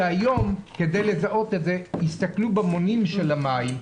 שכדי לזהות את זה הסתכלו במונים של המים.